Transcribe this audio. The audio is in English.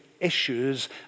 issues